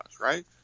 right